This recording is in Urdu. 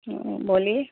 بولیے